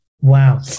Wow